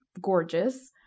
gorgeous